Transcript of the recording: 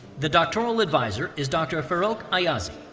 the doctoral advisor is dr. farrokh ayazi.